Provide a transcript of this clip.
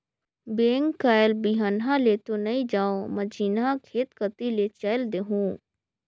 bank कायल बिहन्हा ले तो नइ जाओं, मझिन्हा खेत कति ले चयल देहूँ